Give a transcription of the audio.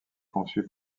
conçu